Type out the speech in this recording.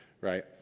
right